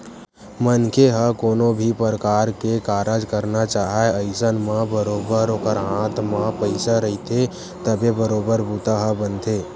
मनखे ह कोनो भी परकार के कारज करना चाहय अइसन म बरोबर ओखर हाथ म पइसा रहिथे तभे बरोबर बूता ह बनथे